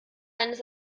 eines